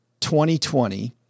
2020